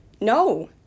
no